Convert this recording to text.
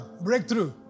breakthrough